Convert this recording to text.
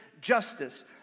justice